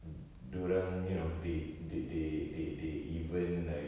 mm dia orang you know they they they they they even like